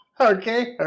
Okay